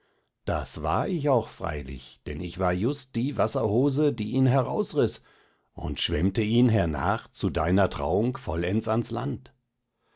das war ich auch freilich denn ich war just die wasserhose die ihn herausriß und schwemmte ihn hernach zu deiner trauung vollends ans land